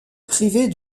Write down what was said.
priver